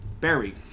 Barry